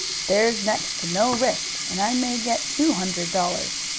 there's next to no risk, and i may get two hundred dollars.